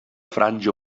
franja